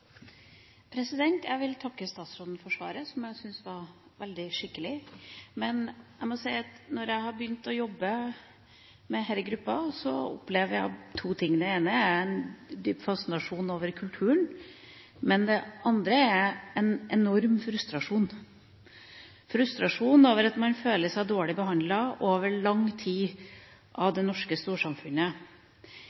Jeg vil takke statsråden for svaret, som jeg syns var veldig skikkelig. Men jeg må si at når jeg har begynt å jobbe med denne gruppa, opplever jeg to ting: Det ene er en dyp fascinasjon over kulturen. Det andre er en enorm frustrasjon – frustrasjon over at man føler seg dårlig behandlet over lang tid av det norske storsamfunnet, følelsen av at man ikke hører til i noen av